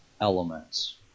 elements